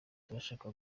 turashaka